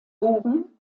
bogen